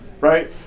right